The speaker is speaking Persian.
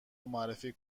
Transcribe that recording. معرفی